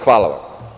Hvala vam.